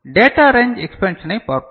data range எக்ஸ்பேன்ஷனை பார்ப்போம்